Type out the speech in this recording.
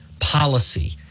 policy